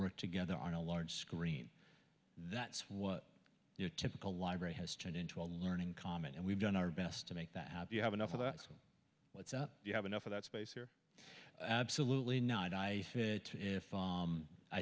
work together on a large screen that's what your typical library has turned into a learning comment and we've done our best to make that you have enough of what's up you have enough of that space here